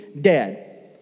dead